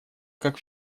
как